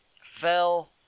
fell